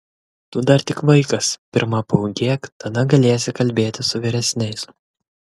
tu dar tik vaikas pirma paūgėk tada galėsi kalbėti su vyresniais